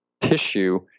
tissue